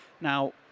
Now